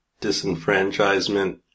disenfranchisement